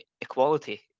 equality